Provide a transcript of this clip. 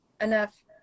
enough